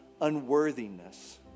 unworthiness